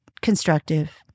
constructive